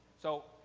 so,